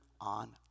on